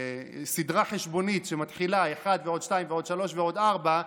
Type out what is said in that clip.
סדרה חשבונית שמתחילה כך: 1 ועוד 2 ועוד 3 ועוד 4,